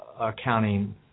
accounting